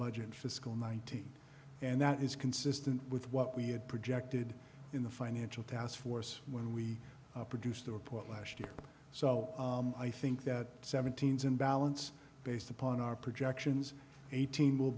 budget in fiscal nineteen and that is consistent with what we had projected in the financial taskforce when we produced the report last year so i think that seventeen's imbalance based upon our projections eighteen will